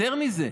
יותר מזה,